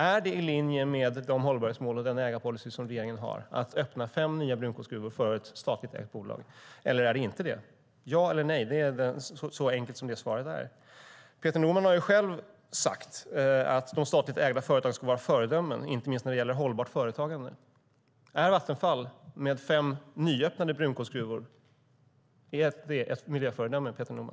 Är det i linje med de hållbarhetsmål och den ägarpolicy regeringen har att öppna fem nya brunkolsgruvor för ett statligt ägt bolag eller är det inte det? Ja eller nej, så enkelt är svaret. Peter Norman har själv sagt att de statligt ägda företagen ska vara föredömen, inte minst när det gäller hållbart företagande. Är Vattenfall - med fem nyöppnade brunkolsgruvor - ett miljöföredöme, Peter Norman?